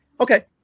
Okay